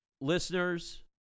listeners